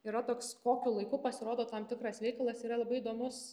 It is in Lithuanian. yra toks kokiu laiku pasirodo tam tikras veikalas yra labai įdomus